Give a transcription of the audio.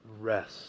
rest